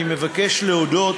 אני מבקש להודות